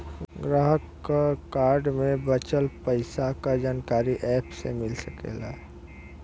ग्राहक क कार्ड में बचल पइसा क जानकारी एप से मिल सकला